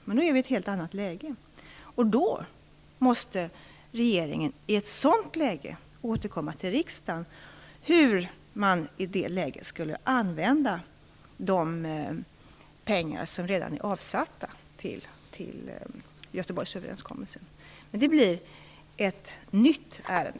Men det vore ett helt annat läge, och då måste regeringen återkomma till riksdagen om hur man skall använda de pengar som redan är avsatta till Göteborgsöverenskommelsen. Men det blir ett nytt ärende.